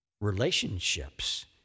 relationships